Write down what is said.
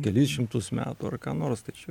kelis šimtus metų ar ką nors tai čia